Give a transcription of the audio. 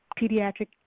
pediatric